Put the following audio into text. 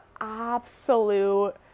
absolute